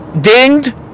dinged